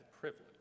privilege